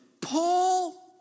Paul